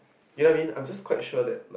ya I mean I'm just quite sure that like